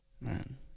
Man